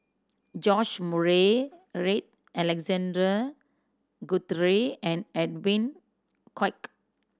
George Murray Reith Alexander Guthrie and Edwin Koek